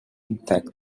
intact